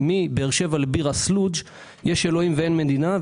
שבין ירושלים לבאר שבע יש אלוהים ויש מדינה,